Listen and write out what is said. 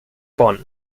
bonn